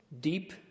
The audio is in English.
deep